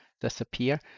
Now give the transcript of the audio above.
disappear